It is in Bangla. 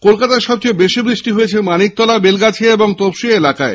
কলকাতায় সব থেকে বেশি বৃষ্টি হয়েছে মানিকতলা বেলগাছিয়া ও তোপসিয়া এলাকায়